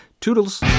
Toodles